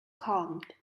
calmed